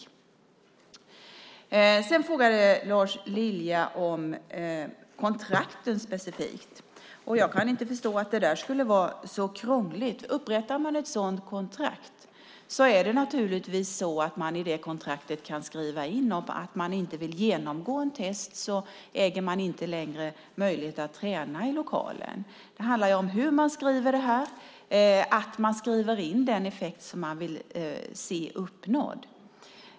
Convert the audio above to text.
Lars Lilja frågade specifikt om kontrakten. Jag kan inte förstå att det skulle vara så krångligt. Om man upprättar ett sådant kontrakt kan man naturligtvis där skriva in att om någon inte vill genomgå ett test äger den personen inte längre möjlighet att träna i lokalen. Det handlar om hur man skriver det och att man skriver in den effekt som man vill se uppnådd.